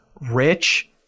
rich